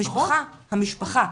המשפחה,